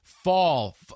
fall